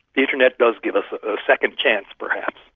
the internet does give us a second chance, perhaps.